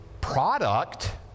product